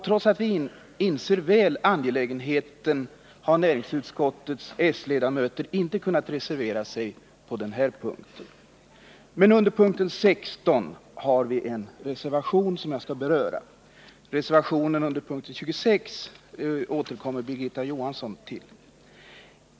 Trots att vi inser det angelägna i detta har näringsutskottets socialdemokratiska ledamöter inte kunnat reservera sig på den här punkten. Men under punkten 16 har vi en reservation, som jag skall beröra. Reservationen under punkten 26 återkommer Birgitta Johansson till.